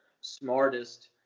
smartest